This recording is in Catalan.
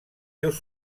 seus